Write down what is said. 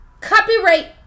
copyright